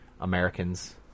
Americans